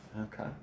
Okay